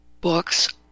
books